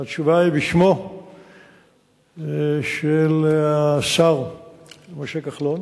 התשובה היא בשמו של השר משה כחלון.